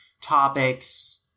topics